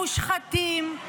מושחתים.